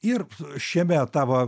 ir šiame tavo